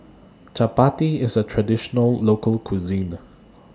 Chapati IS A Traditional Local Cuisine